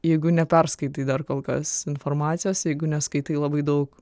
jeigu neperskaitai dar kol kas informacijos jeigu neskaitai labai daug